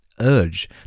urge